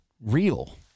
real